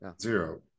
zero